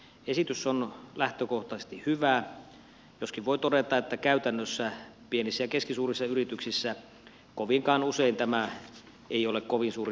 esitys on lähtökohtaisesti hyvä joskin voi todeta että käytännössä pienissä ja keskisuurissa yrityksissä kovinkaan usein tämä ei ole kovin suuri ongelma